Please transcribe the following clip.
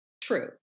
true